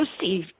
Steve